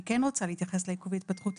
אני כן רוצה להתייחס לעיכוב ההתפתחותי.